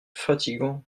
fatigant